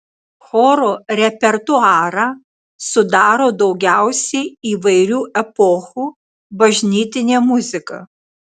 choro repertuarą sudaro daugiausiai įvairių epochų bažnytinė muzika